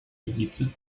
египта